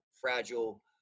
fragile